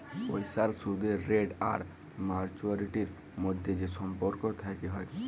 পইসার সুদের রেট আর ম্যাচুয়ারিটির ম্যধে যে সম্পর্ক থ্যাকে হ্যয়